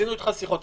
עשינו איתך שיחות.